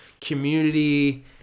community